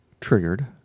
triggered